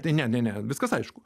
tai ne ne ne viskas aišku